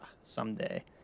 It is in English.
someday